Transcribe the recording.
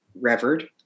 revered